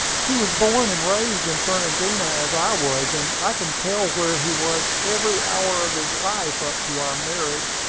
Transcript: he was born and raised in fernandina, as i was and i can tell where he was every hour of his life, up to our marriage.